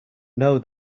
know